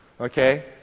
Okay